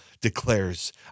declares